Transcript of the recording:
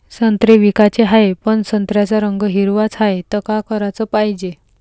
संत्रे विकाचे हाये, पन संत्र्याचा रंग हिरवाच हाये, त का कराच पायजे?